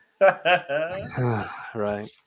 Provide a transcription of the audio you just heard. Right